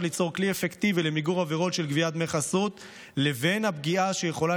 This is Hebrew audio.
ליצור כלי אפקטיבי למיגור עבירות של גביית דמי חסות לבין הפגיעה שיכולה